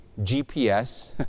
GPS